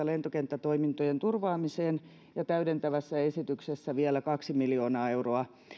lentokenttätoimintojen turvaamiseen ja täydentävässä esityksessä vielä kaksi miljoonaa euroa